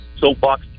soapbox